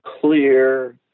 clear